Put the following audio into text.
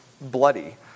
bloody